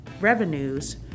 revenues